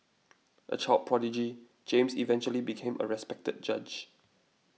a child prodigy James eventually became a respected judge